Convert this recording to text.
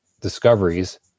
discoveries